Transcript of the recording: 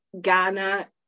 ghana